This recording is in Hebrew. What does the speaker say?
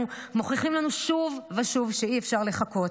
מוכיחים לנו שוב ושוב שאי-אפשר לחכות.